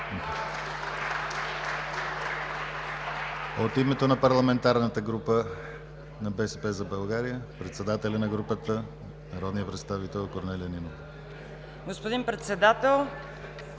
От името на Парламентарната група на БСП за България – председателят на групата, народният представител Корнелия Нинова. КОРНЕЛИЯ НИНОВА